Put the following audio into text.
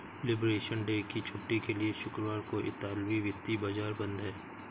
liberation day की छुट्टी के लिए शुक्रवार को इतालवी वित्तीय बाजार बंद हैं